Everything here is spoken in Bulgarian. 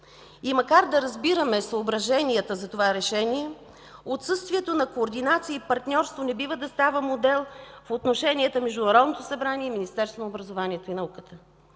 Макар и да разбираме съображенията за това решение, отсъствието на координация и партньорство не бива да става модел в отношенията между Народното събрание и Министерството на образованието и науката,